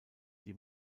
die